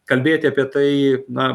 kalbėti apie tai na